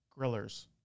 grillers